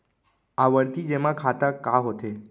आवर्ती जेमा खाता का होथे?